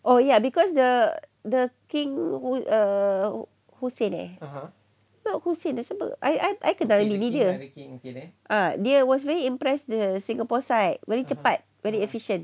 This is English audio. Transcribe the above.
oh ya because the the king would err hussein not hussein I I I kenal bini dia uh he was very impressed the singapore side very cepat very efficient